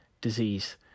disease